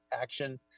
action